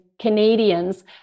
Canadians